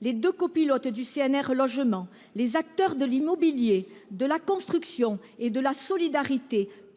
Les deux copilotes du CNR Logement, les acteurs de l'immobilier, de la construction et de la solidarité,